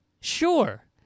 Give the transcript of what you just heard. Sure